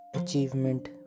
achievement